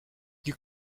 you